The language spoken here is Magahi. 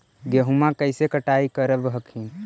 गेहुमा कैसे कटाई करब हखिन?